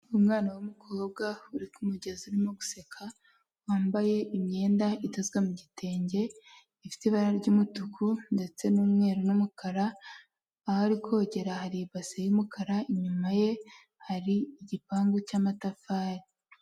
Umwana w'umukobwa uri ku mugezi urimo guseka wambaye imyenda idozwe mu gitenge ifite ibara ry'umutuku ndetse n'umweru n'umukara ahari kogera hari ibase y'umukara, inyuma ye hari igipangu cy'amatafari.